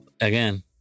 again